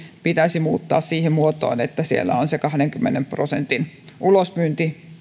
pitäisi muuttaa siihen muotoon että siellä on se kahdenkymmenen prosentin ulosmyynti